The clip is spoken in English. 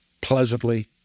pleasantly